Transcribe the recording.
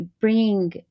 bringing